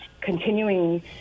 continuing